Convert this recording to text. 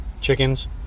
Chickens